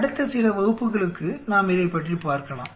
அடுத்த சில வகுப்புகளுக்கு நாம் இதைப்பற்றிப் பார்க்கலாம்